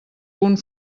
punt